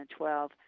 2012